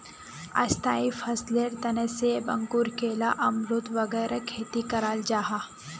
स्थाई फसलेर तने सेब, अंगूर, केला, अमरुद वगैरह खेती कराल जाहा